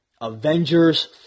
Avengers